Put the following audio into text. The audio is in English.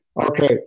Okay